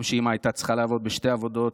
גם כשאימא הייתה צריכה לעבוד בשתי עבודות,